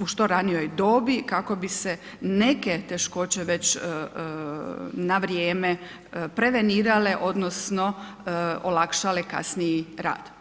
u što ranijoj dobi kako bi se neke teškoće već na vrijeme prevenirale odnosno olakšale kasniji rad.